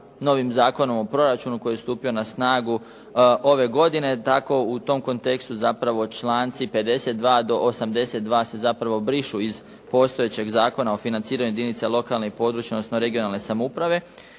novim Zakonom o proračunu koji je stupio na snagu ove godine. Tako u tom kontekstu zapravo članci 52. do 82. se zapravo brišu iz postojećeg Zakona o financiranju jedinica lokalne i područne odnosno regionalne samouprave.